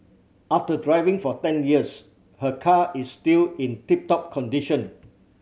after driving for ten years her car is still in tip top condition